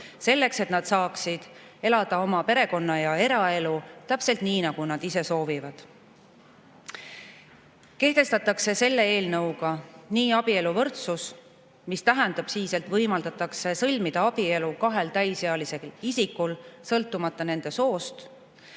selleks, et nad saaksid elada oma perekonna- ja eraelu täpselt nii, nagu nad ise soovivad. Selle eelnõu kohaselt kehtestatakse abieluvõrdsus, mis tähendab siis, et võimaldatakse sõlmida abielu kahel täisealisel isikul sõltumata nende soost